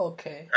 Okay